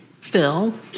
Phil